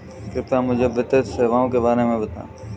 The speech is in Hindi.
कृपया मुझे वित्तीय सेवाओं के बारे में बताएँ?